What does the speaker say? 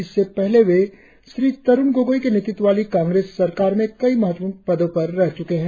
इससे पहले वे श्री तरुण गोगोई के नेतृत्व वाली कांग्रेस सरकार में कई महत्वपूर्ण पदों पर रह च्के हैं